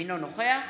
אינו נוכח